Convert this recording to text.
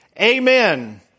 Amen